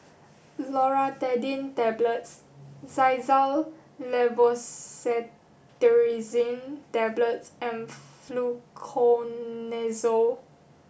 Loratadine Tablets Xyzal Levocetirizine Tablets and Fluconazole